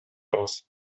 aus